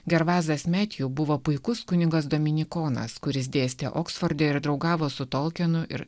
gervazas metju buvo puikus kunigas dominikonas kuris dėstė oksforde ir draugavo su tolkienu ir